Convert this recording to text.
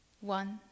One